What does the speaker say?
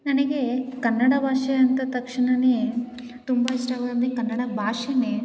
ನನಗೆ ಕನ್ನಡ ಭಾಷೆ ಅಂದ ತಕ್ಷಣವೇ ತುಂಬ ಇಷ್ಟವಾಗಿ ಕನ್ನಡ ಭಾಷೆನೇ